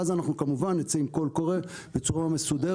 ואז אנחנו כמובן נצא עם קול קורא בצורה מסודרת.